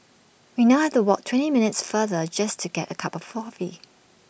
we now have to walk twenty minutes farther just to get A cup of coffee